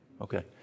Okay